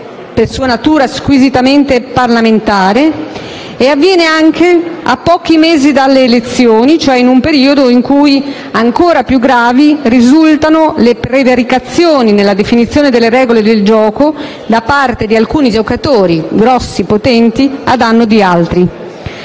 per sua natura squisitamente parlamentare. Ciò avviene anche a pochi mesi dalle elezioni, in un periodo in cui ancora più gravi risultano le prevaricazioni nella definizione delle regole del gioco da parte di alcuni giocatori, grossi e potenti, a danno di altri.